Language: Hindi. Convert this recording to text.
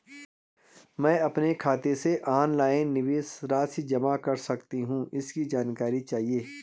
मैं अपने खाते से ऑनलाइन निवेश राशि जमा कर सकती हूँ इसकी जानकारी चाहिए?